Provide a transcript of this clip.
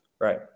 Right